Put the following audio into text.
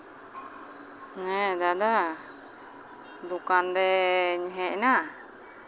ᱦᱮᱸ ᱫᱟᱫᱟ ᱫᱚᱠᱟᱱ ᱨᱤᱧ ᱦᱮᱡ ᱮᱱᱟ